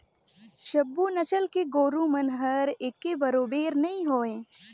सबो नसल के गोरु मन हर एके बरोबेर नई होय